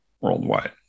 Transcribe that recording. worldwide